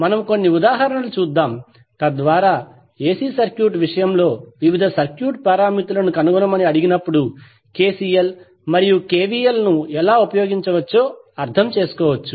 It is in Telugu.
మనము కొన్ని ఉదాహరణలను చూద్దాం తద్వారా ఎసి సర్క్యూట్ విషయంలో వివిధ సర్క్యూట్ పారామితులను కనుగొనమని అడిగినప్పుడు కెసిఎల్ మరియు కెవిఎల్ లను ఎలా ఉపయోగించవచ్చో అర్థం చేసుకోవచ్చు